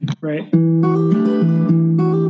right